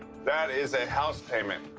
that is a house payment.